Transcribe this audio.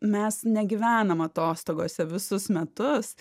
mes negyvenam atostogose visus metus